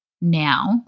now